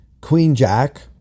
queen-jack